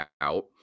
out